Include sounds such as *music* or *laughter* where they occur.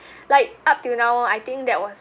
*breath* like up till now I think that was